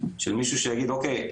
של מישהו שיגיד אוקיי,